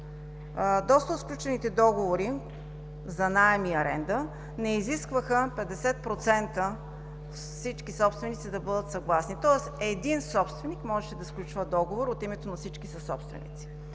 доста от сключените договори за наем и аренда не изискваха 50% от всички собственици да бъдат съгласни. Тоест един собственик можеше да сключва договор от името на всички съсобственици.